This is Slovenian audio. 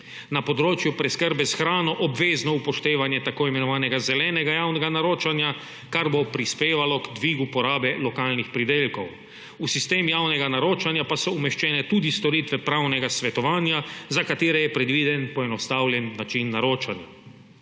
na področju preskrbe s hrano obvezno upoštevanje tako imenovanega zelenega javnega naročanja, kar bo prispevalo k dvigu porabe lokalnih pridelkov. V sistem javnega naročanja pa so umeščene tudi storitve pravnega svetovanja, za katere je predviden poenostavljen način naročanja.